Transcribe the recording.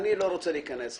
אני לא רוצה להיכנס לזה,